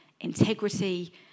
integrity